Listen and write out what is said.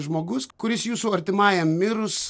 žmogus kuris jūsų artimajam mirus